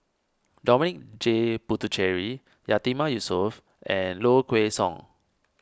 Dominic J Puthucheary Yatiman Yusof and Low Kway Song